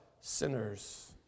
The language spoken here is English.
sinners